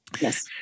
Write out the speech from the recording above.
yes